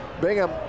Bingham